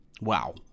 wow